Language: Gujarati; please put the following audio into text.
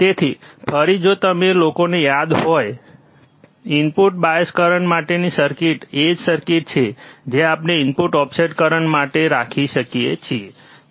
તેથી ફરી જો તમે લોકોને યાદ હોય ઇનપુટ બાયસ કરંટ માટેની સર્કિટ એ જ સર્કિટ છે જે આપણે ઇનપુટ ઓફસેટ કરંટ માટે રાખી શકીએ છીએ